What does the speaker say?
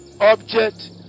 object